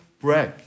break